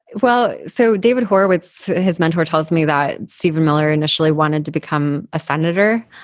well, so david horowitz, his mentor, tells me that steven miller initially wanted to become a senator.